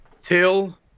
Till